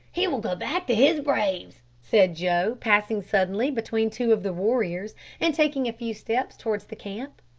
he will go back to his braves, said joe, passing suddenly between two of the warriors and taking a few steps towards the camp.